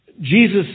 Jesus